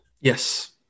yes